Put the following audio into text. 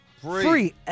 Free